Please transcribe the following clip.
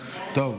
טוב,